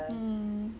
mm